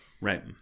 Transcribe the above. right